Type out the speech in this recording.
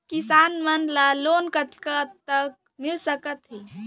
किसान मन ला लोन कतका तक मिलिस सकथे?